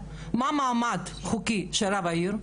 מה המעמד החוקי של רב העיר.